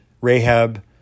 Rahab